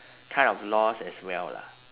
kind of lost as well lah